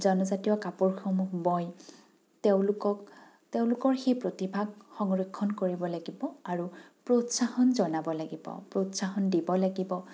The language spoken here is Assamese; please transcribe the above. জনজাতীয় কাপোৰসমূহ বয় তেওঁলোকক তেওঁলোকৰ সেই প্ৰতিভাক সংৰক্ষণ কৰিব লাগিব আৰু প্ৰউৎসান জনাব লাগিব প্ৰউৎসন দিব লাগিব